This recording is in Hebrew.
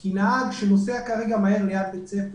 כי נהג שנוסע כרגע מהר ליד בית ספר,